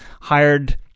hired